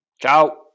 Ciao